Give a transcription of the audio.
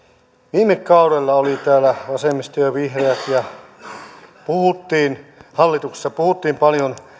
viime kaudella oli täällä vasemmisto ja vihreät ja hallituksessa puhuttiin paljon